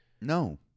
no